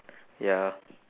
ya